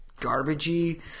garbagey